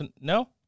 no